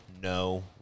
no